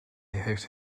heeft